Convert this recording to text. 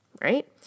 right